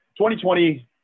2020